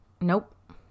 Nope